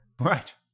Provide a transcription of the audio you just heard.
right